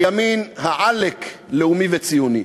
הימין העלק לאומי וציוני.